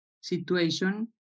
situation